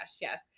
yes